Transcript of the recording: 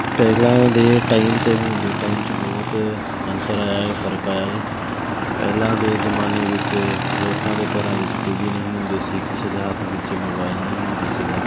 ਪਹਿਲਾਂ ਦੇ ਟਾਈਮ ਅਤੇ ਹੁਣ ਦੇ ਟਾਈਮ 'ਚ ਬਹੁਤ ਅੰਤਰ ਆਇਆ ਹੈ ਫਰਕ ਆਇਆ ਹੈ ਪਹਿਲਾਂ ਦੇ ਜ਼ਮਾਨੇ ਵਿੱਚ ਲੋਕਾਂ ਦੇ ਘਰਾਂ ਵਿੱਚ ਟੀ ਵੀ ਨਹੀਂ ਹੁੰਦੇ ਸੀ ਕਿਸੇ ਦੇ ਹੱਥ ਵਿੱਚ ਮੋਬਾਇਲ ਨਹੀਂ ਹੁੰਦਾ ਸੀਗਾ